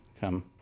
come